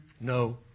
no